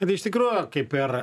bet iš tikrųjų kaip ir